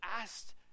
asked